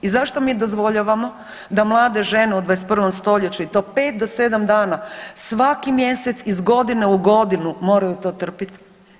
I zašto mi dozvoljavamo da mlade žene u 21. stoljeću i to 5 do 7 dana svaki mjesec iz godine u godinu moraju to trpiti.